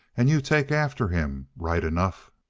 and you take after him, right enough!